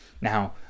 Now